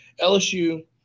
LSU